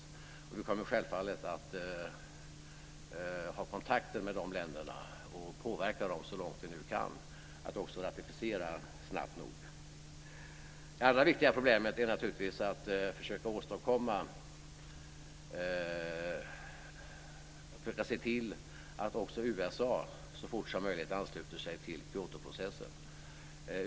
Vi kommer självfallet att ha kontakt med de länderna och påverka dem så långt vi nu kan att också ratificera snabbt nog. Det allra viktigaste problemet är naturligtvis att försöka se till att också USA så fort som möjligt ansluter sig till Kyotoprocessen.